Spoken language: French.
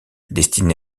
destiné